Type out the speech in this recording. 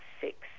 six